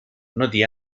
noti